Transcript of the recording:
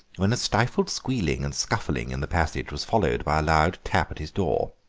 when a stifled squealing and scuffling in the passage was followed by a loud tap at his door.